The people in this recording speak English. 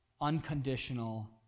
unconditional